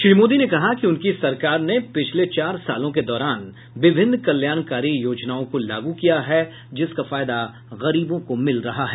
श्री मोदी ने कहा कि उनकी सरकार ने पिछले चार सालों के दौरान विभिन्न कल्याणकारी योजनाओं को लागू किया है जिसका फायदा गरीबों को मिल रहा है